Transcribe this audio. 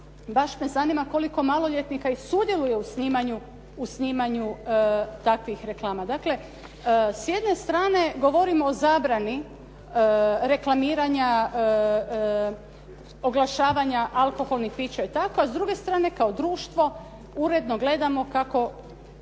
baš me zanima i koliko maloljetnika i sudjeluje u snimanju takvih reklama. Dakle, s jedne strane govorimo o zabrani reklamiranja, oglašavanja alkoholnih pića i tako a s druge strane kao društvo uredno gledamo kako,